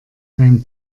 beim